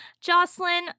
Jocelyn